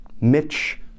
Mitch